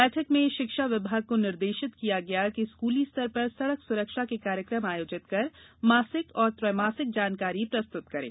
बैठक में शिक्षा विभाग को निर्देशित किया गया कि स्कूली स्तर पर सड़क सुरक्षा के कार्यक्रम आयोजित कर मासिक और त्रैमासिक जानकारी प्रस्तुत करें